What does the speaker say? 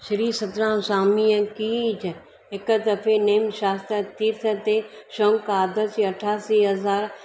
श्री सतराम स्वामीअ की जय हिकु दफ़े नेम शास्त्र तीर्थ ते शौनकादिसी अठासी हज़ार